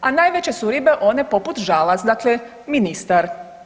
A najveće su ribe one poput Žalac, dakle ministar.